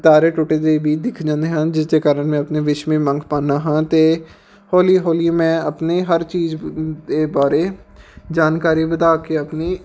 ਤਾਰੇ ਟੁੱਟਦੇ ਵੀ ਦਿਖ ਜਾਂਦੇ ਹਨ ਜਿਸਦੇ ਕਾਰਣ ਮੈਂ ਆਪਣੀ ਵਿਸ਼ ਮੰਗ ਪਾਉਂਦਾ ਹਾਂ ਅਤੇ ਹੌਲੀ ਹੌਲੀ ਮੈਂ ਆਪਣੇ ਹਰ ਚੀਜ਼ ਦੇ ਬਾਰੇ ਜਾਣਕਾਰੀ ਵਧਾ ਕੇ ਆਪਣੀ